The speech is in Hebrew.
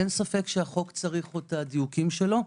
אין ספק שהחוק צריך עוד את הדיוקים שלו.